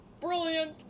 Brilliant